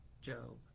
Job